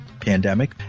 pandemic